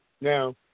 Now